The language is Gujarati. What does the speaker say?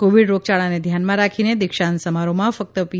કોવિડ રોગયાળાને ધ્યાને રાખીને દીક્ષાંત સમારોહમાં ફક્ત પી